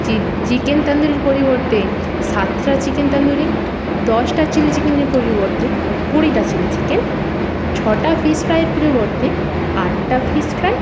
chicken তন্দুরির পরিবর্তে সাতটা চিকেন তন্দুরি দশটা চিলি চিকেনের পরিবর্তে কুড়িটা চিলি চিকেন ছটা ফিস ফ্রাইয়ের পরিবর্তে আটটা ফিস ফ্রাই